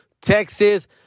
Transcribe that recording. Texas